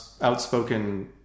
outspoken